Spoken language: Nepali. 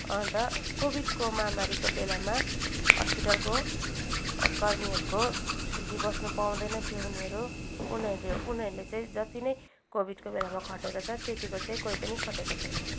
अन्त कोभिडको महामारीको बेलामा हस्पिटलको कर्मीहरूको छुट्टी बस्नु पाउँदैनथ्यो उनीहरू उनीहरूले उनीहरूले चाहिँ जति नै कोभिडको बेलामा खटेको छ त्यत्तिको चाहिँ कोही पनि खटेको छैन